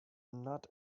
not